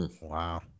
Wow